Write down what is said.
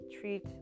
treat